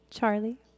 Charlie